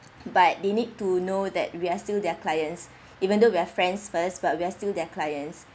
but they need to know that we are still their clients even though we're friends first but we're still their clients